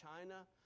China